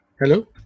Hello